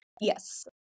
Yes